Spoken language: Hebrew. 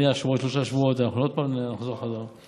אני מניח שבעוד שלושה שבועות אנחנו עוד פעם נחזור בחזרה.